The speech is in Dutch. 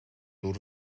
door